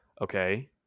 Okay